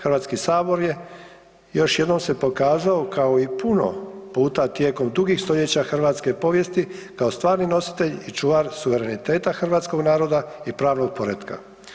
HS je još jednom se pokazao kao i puno puta tijekom dugih stoljeća hrvatske povijesti kao stvarni nositelj i čuvar suvereniteta hrvatskog naroda i pravnog poretka.